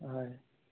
হয়